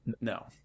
No